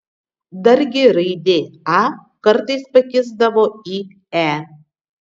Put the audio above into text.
dargi raidė a kartais pakisdavo į e